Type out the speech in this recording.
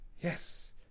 Yes